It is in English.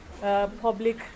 public